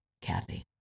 Kathy